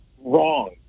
wrong